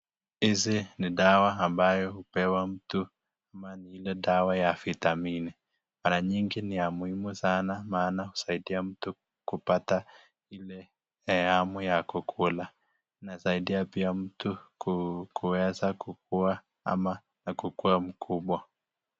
Hizi ni dawa ambayo hupewa mtu ama ni ile dawa ya vitamini. Mara nyingi ni ya muhimu sana maana husaidia mtu kupata ile hamu ya kukula. Inasaidia pia mtu kuweza kukua ama kukua mkubwa.